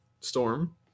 storm